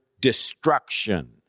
destruction